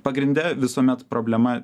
pagrinde visuomet problema